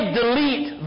delete